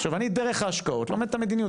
עכשיו אני דרך ההשקעות לומד את המדיניות,